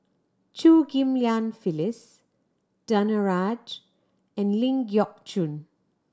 Chew Ghim Lian Phyllis Danaraj and Ling Geok Choon